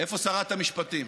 איפה שרת המשפטים?